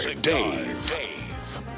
Dave